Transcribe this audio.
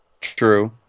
True